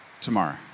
tomorrow